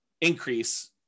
increase